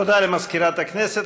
תודה למזכירת הכנסת.